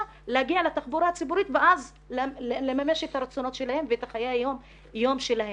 להגיע לתחבורה הציבורית ואז לממש את הרצונות שלהן ואת חיי היום יום שלהן.